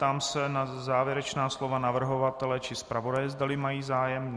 Ptám se na závěrečná slova navrhovatele či zpravodaje, zdali mají zájem.